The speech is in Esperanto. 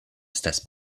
estas